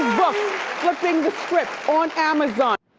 book flipping the script on amazon.